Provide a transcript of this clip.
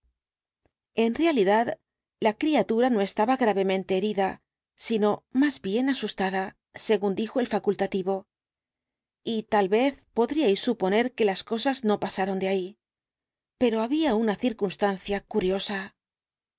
en realidad la criatura no estaba gravemente herida sino más bien asustada según dijo el facultativo y tal vez podríais suponer que las cosas no pasaron de ahí pero había una circunstancia curiosa